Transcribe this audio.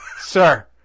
sir